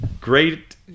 great